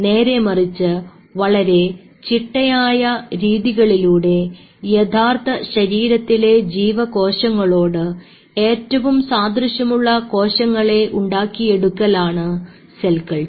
നേരെ മറിച്ച് വളരെ ചിട്ടയായ രീതികളിലൂടെ യഥാർത്ഥശരീരത്തിലെ ജീവകോശങ്ങളോട് ഏറ്റവും സാദൃശ്യമുള്ള കോശങ്ങളെ ഉണ്ടാക്കിയെടുക്കുകലാണ് സെൽ കൾച്ചർ